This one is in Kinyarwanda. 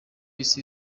isi